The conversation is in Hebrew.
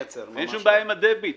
אין שום בעיה עם הדביט.